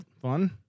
fun